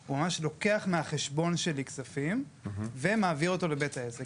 הוא ממש לוקח מהחשבון שלי כספים ומעביר אותם לבית העסק.